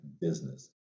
business